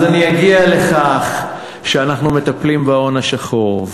אז אני אגיע לכך שאנחנו מטפלים בהון השחור,